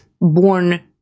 born